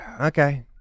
Okay